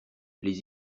les